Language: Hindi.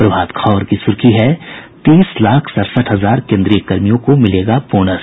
प्रभात खबर की सुर्खी है तीस लाख सड़सठ हजार केन्द्रीय कर्मियों को मिलेगा बोनस